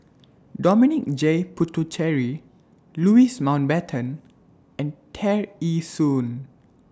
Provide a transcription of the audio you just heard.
Dominic J Puthucheary Louis Mountbatten and Tear Ee Soon